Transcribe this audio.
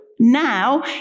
Now